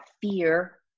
fear